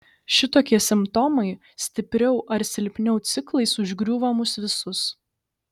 šitokie simptomai stipriau ar silpniau ciklais užgriūva mus visus